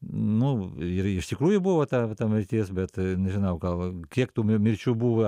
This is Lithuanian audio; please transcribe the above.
nu ir iš tikrųjų buvo ta ta mirtis bet nežinau gal kiek tų mi mirčių buvo